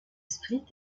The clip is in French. split